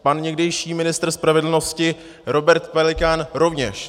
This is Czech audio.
Pan někdejší ministr spravedlnosti Robert Pelikán rovněž.